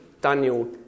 Daniel